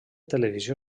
televisió